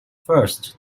first